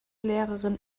lehrerin